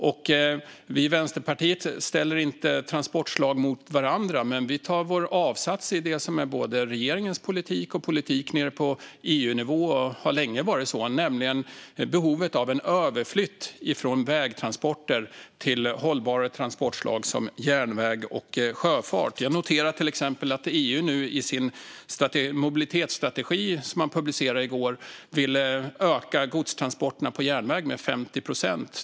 Vi i Vänsterpartiet ställer inte transportslag mot varandra, men vi tar avstamp i det som sedan länge är både regeringens politik och politiken på EU-nivå, nämligen behovet av en överflyttning från vägtransporter till hållbarare transportslag som järnväg och sjöfart. Jag noterar till exempel att EU i sin mobilitetstrategi, som publicerades i går, vill öka godstransporterna på järnväg med 50 procent.